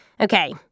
Okay